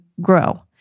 grow